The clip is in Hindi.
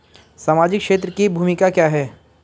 सामाजिक क्षेत्र की भूमिका क्या है?